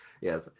yes